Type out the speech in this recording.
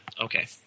Okay